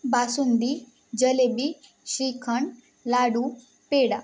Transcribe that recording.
basundi jalebi shrikhand ladoo peda